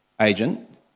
agent